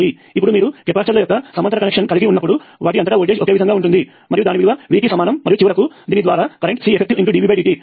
ఇప్పుడు మీరు కెపాసిటర్ల యొక్క సమాంతర కనెక్షన్ను కలిగి ఉన్నప్పుడు వాటి అంతటా వోల్టేజ్ ఒకే విధంగా ఉంటుంది మరియు దాని విలువ V కి సమానం మరియు చివరకు దీని ద్వారా కరెంట్ Ceffdvdt